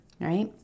right